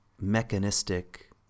mechanistic